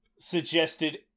suggested